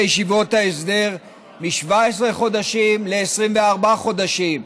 ישיבות ההסדר מ-17 חודשים ל-24 חודשים,